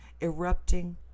erupting